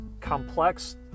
complex